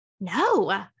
No